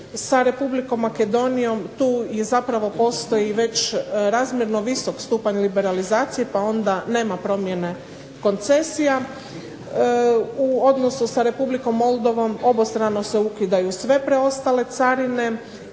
Sa Republikom Makedonijom tu zapravo postoji već razmjerno visok stupanj liberalizacije pa onda nema promjene koncesija. U odnosu sa Republikom Moldovom obostrano se ukidaju sve preostale carine